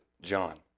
John